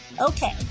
Okay